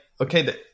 Okay